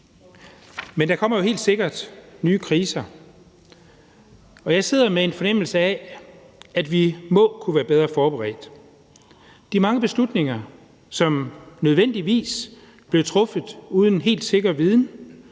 Men der kommer jo helt sikkert nye kriser, og jeg sidder med en fornemmelse af, at vi må kunne være bedre forberedt. Der var mange beslutninger, som nødvendigvis blev truffet uden helt sikker viden